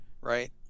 Right